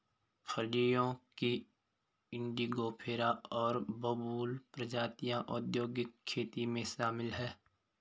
फलियों की इंडिगोफेरा और बबूल प्रजातियां औद्योगिक खेती में शामिल हैं